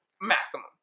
Maximum